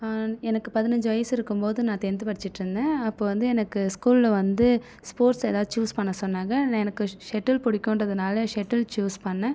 எனக்கு பதினஞ்சு வயது இருக்கும்போது நான் டென்த் படிச்சுட்டிருந்தேன் அப்போ வந்து எனக்கு ஸ்கூலில் வந்து ஸ்போட்ஸ் ஏதாச்சும் சூஸ் பண்ண சொன்னாங்க எனக்கு ஷட்டுல் பிடிக்கும்ன்றதனாலே ஷட்டுல் சூஸ் பண்ணிணேன்